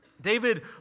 David